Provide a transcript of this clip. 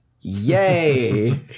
Yay